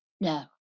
No